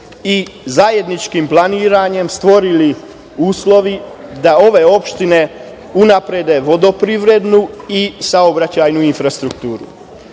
i zajedničkim planiranjem stvorili uslovi da ove opštine unaprede vodoprivrednu i saobraćajnu infrastrukturu,